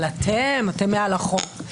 אתם אתם מעל החוק.